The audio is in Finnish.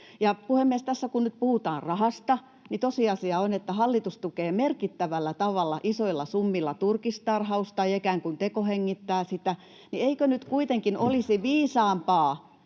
Puhemies! Tässä kun nyt puhutaan rahasta, niin tosiasia on, että hallitus tukee merkittävällä tavalla, isoilla summilla, turkistarhausta ja ikään kuin tekohengittää sitä, [Juha Mäenpää: Ei se